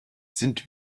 sind